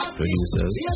producers